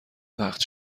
وقت